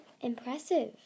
Impressive